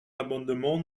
l’amendement